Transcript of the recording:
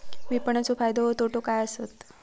विपणाचो फायदो व तोटो काय आसत?